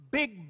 big